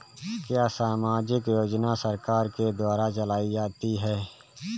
क्या सामाजिक योजना सरकार के द्वारा चलाई जाती है?